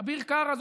אביר קארה,